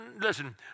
Listen